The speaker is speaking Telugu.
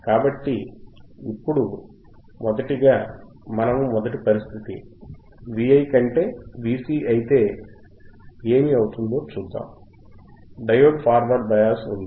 కాబట్టి ఇప్పుడు మొదటిగా మనము మొదటి పరిస్థితి Vi కంటే Vc ఐతే ఏమి అవుతుందో చూద్దాం డయోడ్ ఫార్వర్డ్ బయాస్ లో ఉంది